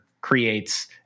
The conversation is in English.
creates